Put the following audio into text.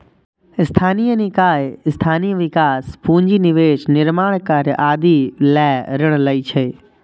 स्थानीय निकाय स्थानीय विकास, पूंजी निवेश, निर्माण कार्य आदि लए ऋण लै छै